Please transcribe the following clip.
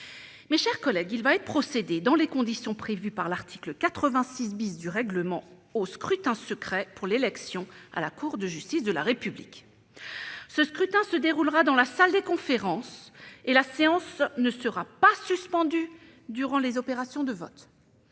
Mes chers collègues, il va être procédé dans les conditions prévues par l'article 86 du règlement au scrutin secret pour l'élection à la Cour de justice de la République. Ce scrutin se déroulera dans la salle des conférences et la séance ne sera pas suspendue durant les opérations de vote.